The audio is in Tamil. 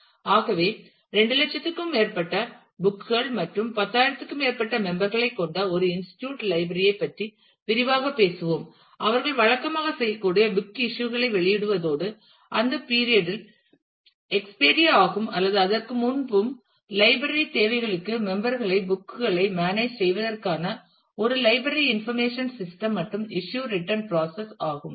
ஆகவே 2 லட்சத்துக்கும் மேற்பட்ட புக் கள் மற்றும் 10000 க்கும் மேற்பட்ட மெம்பர் களைக் கொண்ட ஒரு இன்ஸ்டிட்யூட் லைப்ரரி ஐ பற்றி விரைவாகப் பேசுவோம் அவர்கள் வழக்கமாகப் செய்யக்கூடிய புக் இஸ்யூ களைப் வெளியிடுவதோடு அந்தக் பீரியட் இல் எக்ஸ்பெயரி ஆகும் அல்லது அதற்கு முன்பும் லைப்ரரி தேவைகளும் மெம்பர் களை புக் களை மேனேஜ் செய்வதற்கான ஒரு லைப்ரரி இன்ஃபர்மேஷன் சிஸ்டம் மற்றும் இஸ்யூ ரிட்டன் ப்ராசஸ் ஆகும்